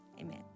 amen